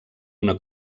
una